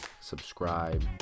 subscribe